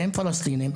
והם פלסטינים,